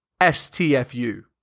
STFU